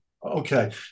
Okay